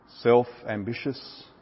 self-ambitious